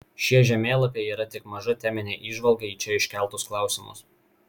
šie žemėlapiai yra tik maža teminė įžvalga į čia iškeltus klausimus